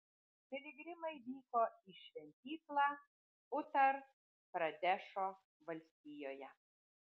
piligrimai vyko į šventyklą utar pradešo valstijoje